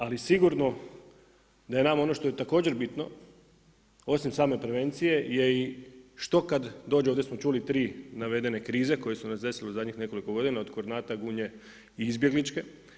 Ali sigurno da je nama ono što je također bitno osim same prevencije je i što kada dođe, ovdje smo čuli tri navedene krize koje su nas zadesile u zadnjih nekoliko godina od … Gunje i izbjegličke.